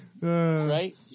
Right